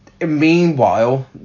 Meanwhile